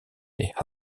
les